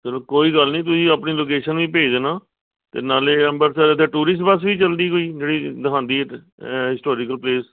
ਚਲੋ ਕੋਈ ਗੱਲ ਨਹੀਂ ਤੁਸੀਂ ਆਪਣੀ ਲੋਕੇਸ਼ਨ ਵੀ ਭੇਜ ਦੇਣਾ ਅਤੇ ਨਾਲੇ ਅੰਮ੍ਰਿਤਸਰ ਇੱਥੇ ਟੂਰਿਸਟ ਬਸ ਵੀ ਚਲਦੀ ਕੋਈ ਜਿਹੜੀ ਦਿਖਾਉਂਦੀ ਹਿਸਟੋਰੀਕਲ ਪਲੇਸ